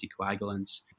anticoagulants